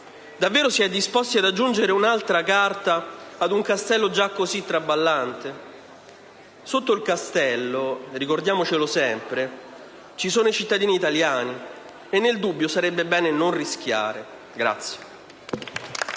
davvero si è disposti ad aggiungere un'altra carta ad un castello già così traballante? Sotto il castello - ricordiamocelo sempre - ci sono i cittadini italiani e nel dubbio sarebbe bene non rischiare.